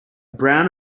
brown